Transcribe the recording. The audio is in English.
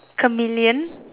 chameleon